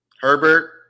Herbert